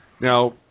Now